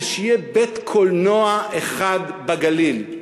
ושיהיה בית-קולנוע אחד בגליל,